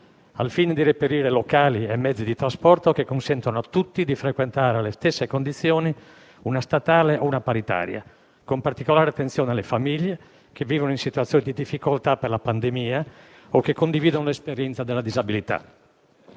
al fine di reperire locali e mezzo di trasporto che consentano a tutti di frequentare, alle stesse condizioni, una statale o una paritaria, con particolare attenzione alle famiglie che vivono in situazioni di difficoltà per la pandemia o che condividono l'esperienza della disabilità;